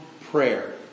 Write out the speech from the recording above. prayer